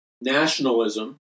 nationalism